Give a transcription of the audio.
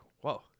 whoa